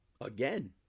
again